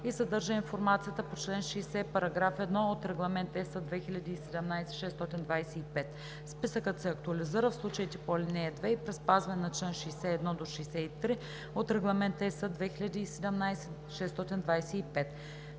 и съдържа информацията по чл. 60, параграф 1 от Регламент (EС) 2017/625. Списъкът се актуализира в случаите по ал. 2 и при спазване на чл. 61 – 63 от Регламент (EС) 2017/625.“